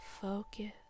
focus